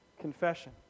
Confession